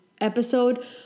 episode